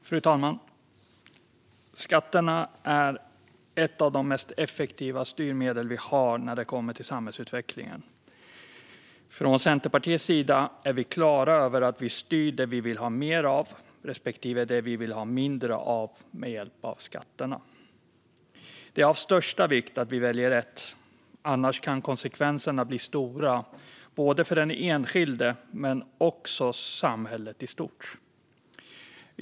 Fru talman! Skatterna är ett av de mest effektiva styrmedel vi har när det gäller samhällsutvecklingen. Från Centerpartiets sida är vi klara över att vi styr det vi vill ha mer av respektive det vi vill ha mindre av med hjälp av skatterna. Det är av största vikt att vi väljer rätt - annars kan konsekvenserna bli stora både för den enskilde och för samhället i stort.